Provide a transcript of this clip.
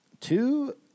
Two